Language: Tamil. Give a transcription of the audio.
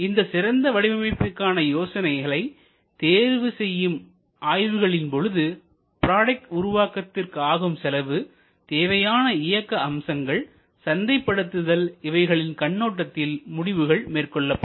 இந்த சிறந்த வடிவமைப்புக்கான யோசனைகளை தேர்வுசெய்யும் ஆய்வுகளின் பொழுது ப்ராடக்ட் உருவாக்கத்துக்கு ஆகும் செலவு தேவையான இயக்க அம்சங்கள் சந்தைப்படுத்துதல் இவைகளின் கண்ணோட்டத்தில் முடிவுகள் மேற்கொள்ளப்படும்